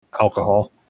alcohol